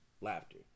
Laughter